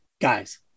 guys